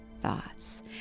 thoughts